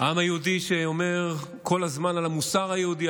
העם היהודי שאומר כל הזמן על המוסר היהודי,